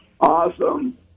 awesome